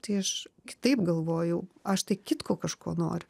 tai aš kitaip galvojau aš tai kitko kažko noriu